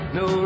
no